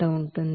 అంటే 0